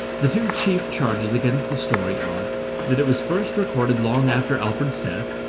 the two chief charges against the story are that it was first recorded long after alfred's death,